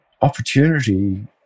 opportunity